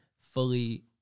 fully